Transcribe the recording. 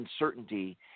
uncertainty